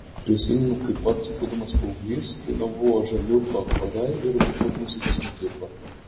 prisimenu kaip pats būdamas paauglys dainavau ąžuoliuko chore ir lankiau muzikos mokyklą